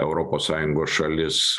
europos sąjungos šalis